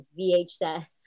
VHS